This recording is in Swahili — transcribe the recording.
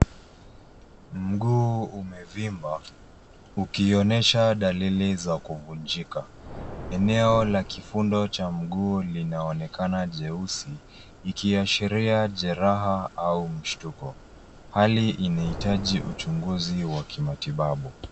Mguu umevimba, ukionyesha dalili za kuvunjika. Eneo la kifundo cha mguu linaonekana cheusi, likiashiria jeraha au mshtuko. Hali inahitaji uchunguzi wa kimatibabu.